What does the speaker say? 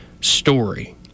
story